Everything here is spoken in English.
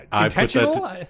Intentional